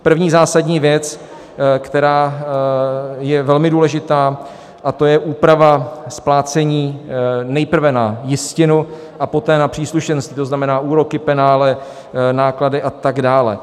První zásadní věc, která je velmi důležitá, a to je úprava splácení nejprve na jistinu a poté na příslušenství, to znamená úroky, penále, náklady a tak dále.